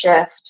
shift